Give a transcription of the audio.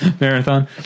marathon